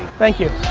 thank you.